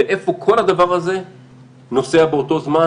לאיפה כל הדבר הזה נוסע באותו זמן,